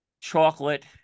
chocolate